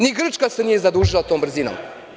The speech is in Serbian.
Ni Grčka se nije zadužila tom brzinom.